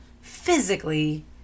physically